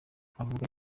avuga